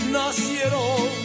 nacieron